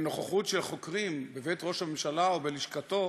ונוכחות של חוקרים בבית ראש הממשלה או בלשכתו